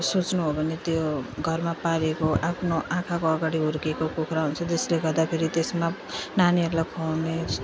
सोच्नु हो भने त्यो घरमा पालेको आफ्नो आँखाको अगाडि हुर्केको कुखुरा हुन्छ त्यसले गर्दाफेरि त्यसमा नानीहरूलाई खुवाउने